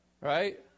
right